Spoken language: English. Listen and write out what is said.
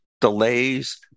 delays